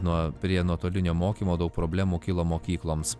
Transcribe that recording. nuo prie nuotolinio mokymo daug problemų kyla mokykloms